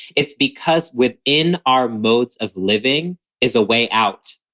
it's because within our modes of living is a way out.